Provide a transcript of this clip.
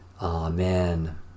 Amen